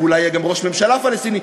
ואולי יהיה גם ראש ממשלה פלסטיני,